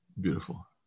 Beautiful